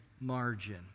margin